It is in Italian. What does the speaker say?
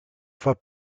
far